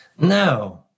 No